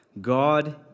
God